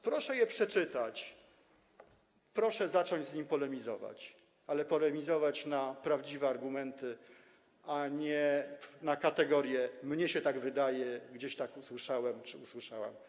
Proszę je przeczytać, proszę zacząć polemizować, ale polemizować na prawdziwe argumenty, a nie w kategoriach: mnie się tak wydaje, gdzieś tak usłyszałem czy usłyszałam.